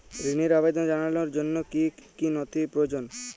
ঋনের আবেদন জানানোর জন্য কী কী নথি প্রয়োজন?